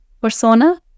persona